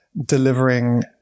delivering